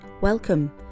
Welcome